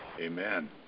Amen